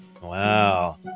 Wow